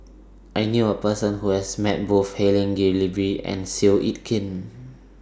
I knew A Person Who has Met Both Helen Gilbey and Seow Yit Kin